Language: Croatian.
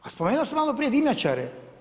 A spomenuo sam malo prije dimnjačare.